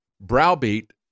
browbeat